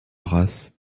race